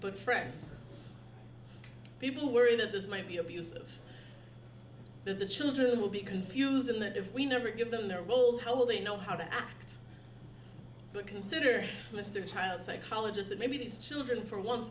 but friends people worry that this might be abusive of the children will be confused and that if we never give them their roles how will they know how to act but consider mr child psychologist that maybe these children for on